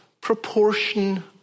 proportion